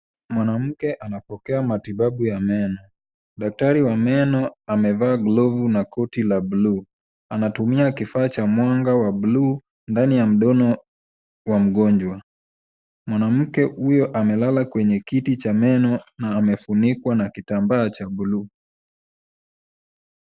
Mwanamke anapokea matibabu ya meno .Daktari wa meno amevaa glovu na koti la buluu, anatumia kifaa cha mwanga wa buluu ndani ya mdomo wa mgonjwa. Mwanamke huyo amelala kwenye kiti cha meno na amefunikwa na kitambaa cha buluu.